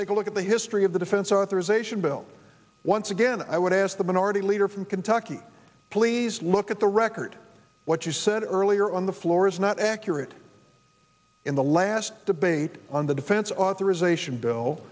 take a look at the history of the defense authorization bill once again i would ask the minority leader from kentucky please look at the record what you said earlier on the floor is not accurate in the last debate on the defense authorization bill